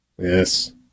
Yes